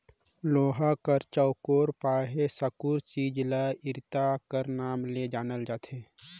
लोहा कर चउकोर पहे साकुर चीज ल इरता कर नाव ले जानल जाथे